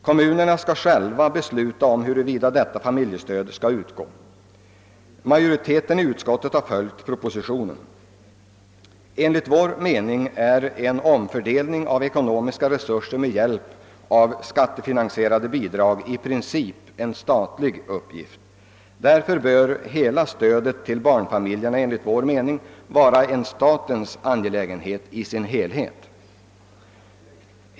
Kommunerna skall själva besluta huruvida detta familjestöd skall utgå eller inte. Utskottets majoritet har där följt propositionen. Enligt vår mening är dock en omfördelning av ekonomiska resurser med hjälp av skattefinansierade bidrag i princip en statens uppgift, och därför bör hela stödet till barnfamiljerna vara en statens angelägenhet.